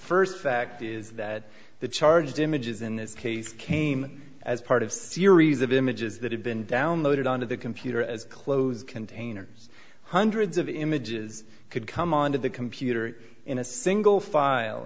first fact is that the charged images in this case came as part of series of images that had been downloaded onto the computer as close containers hundreds of images could come onto the computer in a single file